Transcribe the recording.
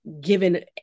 given